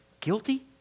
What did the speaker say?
guilty